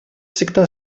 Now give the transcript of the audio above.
всегда